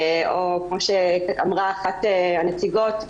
או כמו שאמרה אחת הנציגות,